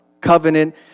covenant